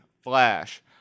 Flash